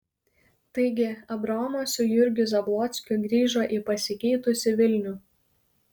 taigi abraomas su jurgiu zablockiu grįžo į pasikeitusį vilnių